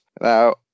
Now